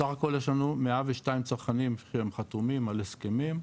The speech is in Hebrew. סך הכל יש לנו 102 צרכנים שהם חתומים על הסכמים,